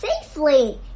safely